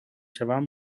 شوم